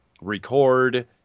record